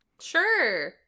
Sure